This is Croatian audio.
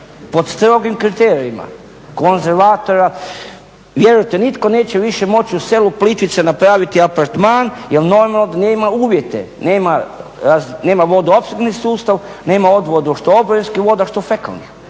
pod strogim kriterijima konzervatora. Vjerujte nitko neće više moći u selu Plitvice napraviti apartman jer normalno da nema uvjete, nema vodoopskrbni sustav, nema odvod što oborinskih voda, što fekalnih,